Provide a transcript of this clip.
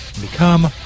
become